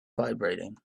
vibrating